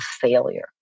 failure